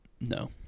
no